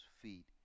feet